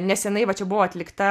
nesenai va čia buvo atlikta